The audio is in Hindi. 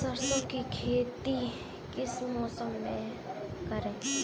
सरसों की खेती किस मौसम में करें?